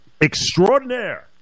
extraordinaire